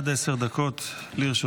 אדוני, עד עשר דקות לרשותך.